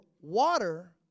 water